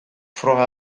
froga